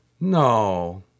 No